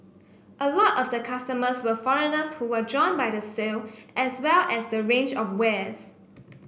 a lot of the customers were foreigners who were drawn by the sale as well as the range of wares